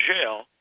jail